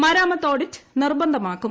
മരാമത്ത് audit നിർബന്ധമാക്കും